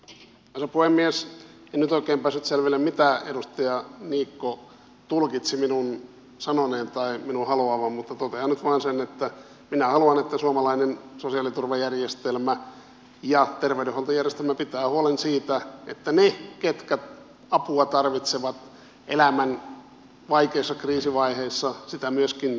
en nyt oikein päässyt selville mitä edustaja niikko tulkitsi minun sanoneen tai minun haluavan mutta totean nyt vain sen että minä haluan että suomalainen sosiaaliturvajärjestelmä ja terveydenhuoltojärjestelmä pitää huolen siitä että ne ketkä apua tarvitsevat elämän vaikeissa kriisivaiheissa sitä myöskin saavat